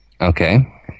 Okay